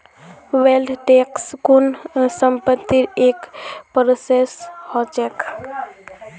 wealth tax कुल संपत्तिर एक परसेंट ह छेक